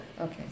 Okay